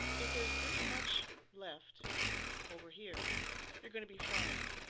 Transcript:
if there's this much left over here you're going to be fine.